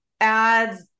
ads